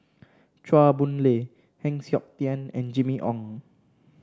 Chua Boon Lay Heng Siok Tian and Jimmy Ong